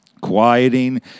quieting